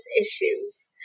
issues